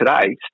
today